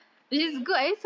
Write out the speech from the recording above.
mm